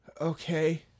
Okay